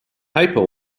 paper